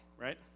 right